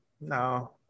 No